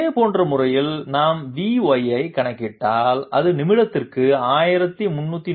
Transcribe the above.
இதேபோன்ற முறையில் நாம் vy ஐ கணக்கிட்டால் அது நிமிடத்திற்கு 1341